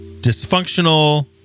dysfunctional